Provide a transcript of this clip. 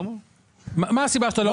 מה הסיבה?